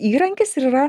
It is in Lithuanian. įrankis ir yra